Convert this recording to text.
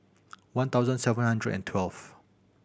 one thousand seven hundred and twelve